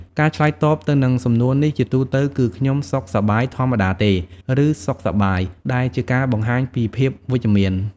ការឆ្លើយតបទៅនឹងសំណួរនេះជាទូទៅគឺ “ខ្ញុំសុខសប្បាយធម្មតាទេ” ឬ “សុខសប្បាយ” ដែលជាការបង្ហាញពីភាពវិជ្ជមាន។